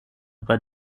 bei